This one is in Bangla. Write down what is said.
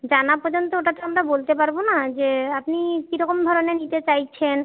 জানা পর্যন্ত ওটা তো আমরা বলতে পারব না যে আপনি কীরকম ধরনের নিতে চাইছেন